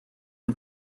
the